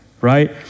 right